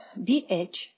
BH